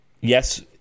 Yes